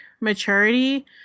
maturity